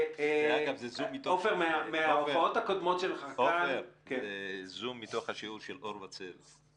עפר, זה זום מתוך השיעור של אור וצל.